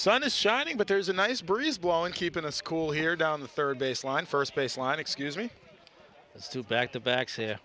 sun is shining but there's a nice breeze blowing keep in a school here down the third baseline first base line excuse me is two back to back